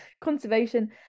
conservation